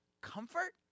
comfort